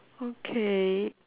okay